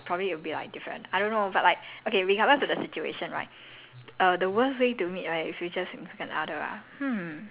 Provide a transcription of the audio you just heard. but like I respect my parents' opinions a lot and they know what's good for me so like probably it'll be like different I don't know but like okay regardless of the situation right